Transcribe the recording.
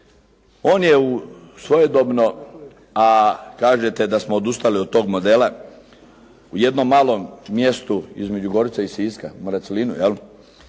On je svojedobno, a kažete da smo odustali od tog modela u jednom malom mjestu između Gorice i Siska, u Maracelinu jel,